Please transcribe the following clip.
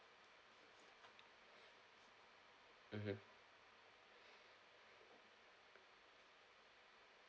mmhmm